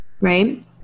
right